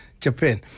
Japan